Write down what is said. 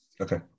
Okay